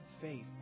faith